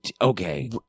okay